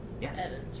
yes